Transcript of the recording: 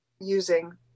using